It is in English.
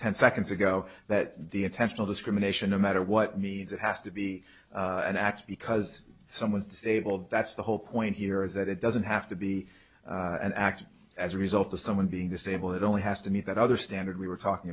ten seconds ago that the attentional discrimination a matter what means it has to be an act because someone's disabled that's the whole point here is that it doesn't have to be an act as a result of someone being disabled it only has to meet that other standard we were talking